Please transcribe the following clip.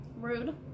Rude